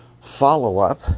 follow-up